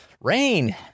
rain